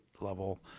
level